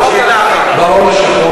ושל מאבק חסר פשרות בעוני,